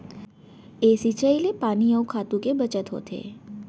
ए सिंचई ले पानी अउ खातू के बचत होथे